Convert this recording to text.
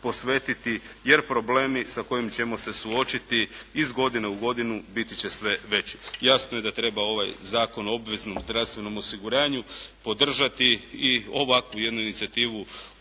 jer problemi sa kojima ćemo se suočiti iz godinu u godinu biti će sve veći. Jasno je da treba ovaj Zakon o obveznom zdravstvenom osiguranju podržati i ovakvu jednu inicijativu pozdraviti